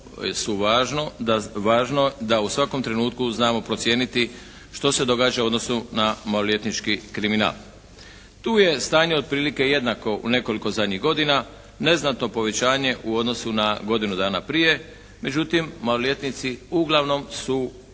su važno da u svakom trenutku znamo procijeniti što se događa u odnosu na maloljetnički kriminal. Tu je stanje otprilike jednako u nekoliko zadnjih godina, neznatno povećanje u odnosu na godinu dana prije, međutim maloljetnici uglavnom su u okviru